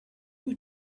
who